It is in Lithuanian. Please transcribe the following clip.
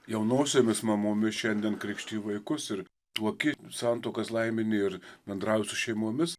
jaunosiomis mamomis šiandien krikštiji vaikus ir tuoki santuokas laimini ir bendrauji su šeimomis